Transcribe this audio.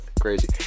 Crazy